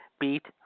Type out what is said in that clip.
Beat